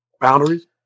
boundaries